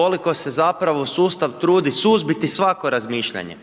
koliko se zapravo sustav trudi suzbiti svako razmišljanje.